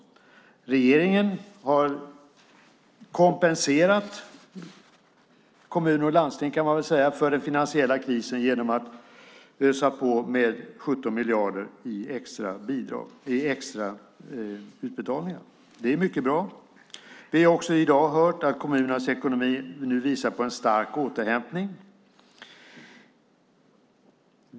Man kan säga att regeringen har kompenserat kommuner och landsting för den finansiella krisen genom att ösa på med 17 miljarder i extra utbetalningar. Det är mycket bra. I dag har vi också hört att kommunernas ekonomi visar på en stark återhämtning.